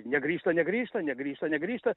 negrįžta negrįžta negrįžta negrįžta